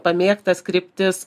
pamėgtas kryptis